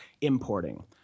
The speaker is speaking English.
importing